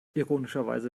ironischerweise